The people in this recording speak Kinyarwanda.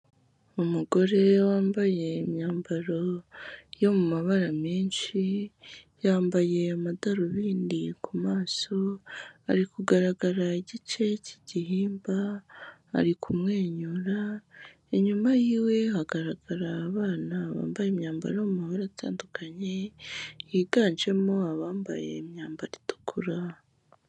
Umugore wambaye imyambaro yo mu mabara menshi, yambaye amadarubindi ku maso, ari kugaragara igice cy'igihimba ari kumwenyura, inyuma yiwe hagaragara abana bambaye imyambaro yo mu mabara atandukanye, yiganjemo abambaye imyambaro itukura.